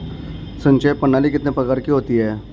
सिंचाई प्रणाली कितने प्रकार की होती हैं?